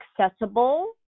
accessible